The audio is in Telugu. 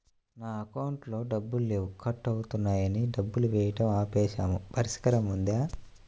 నా అకౌంట్లో డబ్బులు లేవు కట్ అవుతున్నాయని డబ్బులు వేయటం ఆపేసాము పరిష్కారం ఉందా?